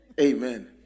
Amen